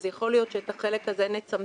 אז יכול להיות שאת החלק הזה נצמצם.